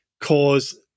cause